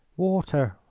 water,